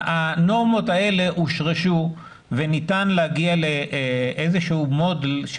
הנורמות האלה הושרשו וניתן להגיע לאיזה שהוא מודל.